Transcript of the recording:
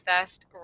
first